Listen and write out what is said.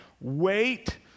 wait